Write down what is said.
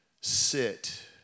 sit